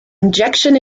injection